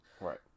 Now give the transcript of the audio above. Right